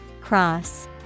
Cross